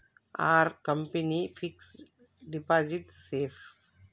Are company fixed deposit safe?